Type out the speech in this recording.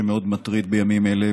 שמאוד מטריד בימים אלה,